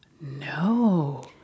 No